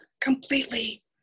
completely